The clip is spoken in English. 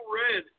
red